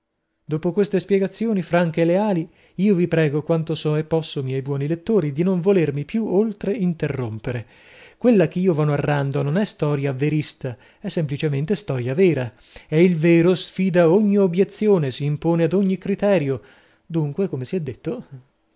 dopo queste spiegazioni franche e leali io vi prego quanto so e posso miei buoni lettori di non volermi più oltre interrompere quella ch'io vo narrando non è storia verista è semplicemente storia vera e il vero sfida ogni obiezione si impone ad ogni criterio dunque come si è detto